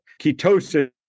ketosis